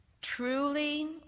Truly